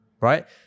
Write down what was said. right